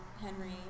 Henry